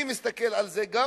אני מסתכל על זה גם